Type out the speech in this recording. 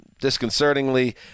disconcertingly